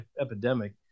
epidemic